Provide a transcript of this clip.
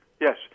yes